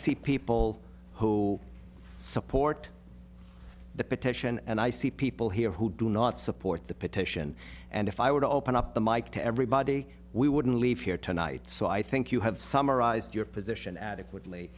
see people who support the petition and i see people here who do not support the petition and if i would open up the mike to everybody we wouldn't leave here tonight so i think you have summarized your position adequately